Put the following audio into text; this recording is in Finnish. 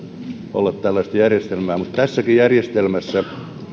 olla tällaista järjestelmää mutta tässäkin järjestelmässä